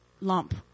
lump